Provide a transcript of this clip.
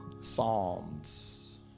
Psalms